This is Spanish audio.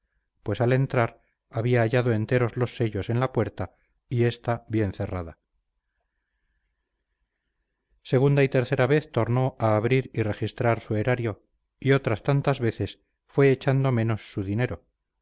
pues al entrar había hallado enteros los sellos en la puerta y ésta bien cerrada segunda y tercera vez tornó a abrir y registrar su erario y otras tantas veces fue echando menos su dinero